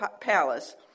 palace